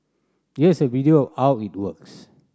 here's a video of how it works